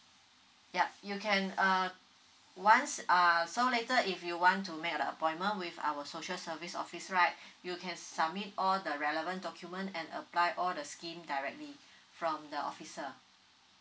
ya you can uh once uh so later if you want to make a appointment with our social service office right you can submit all the relevant document and apply all the scheme directly from the officer